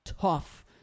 tough